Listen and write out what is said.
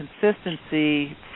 consistency